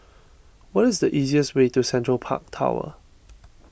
what is the easiest way to Central Park Tower